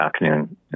afternoon